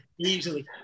easily